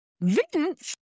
Vince